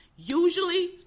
usually